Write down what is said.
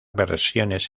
versiones